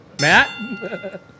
Matt